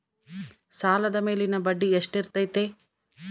ಸಾಲದ ಮೇಲಿನ ಬಡ್ಡಿ ಎಷ್ಟು ಇರ್ತೈತೆ?